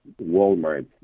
Walmart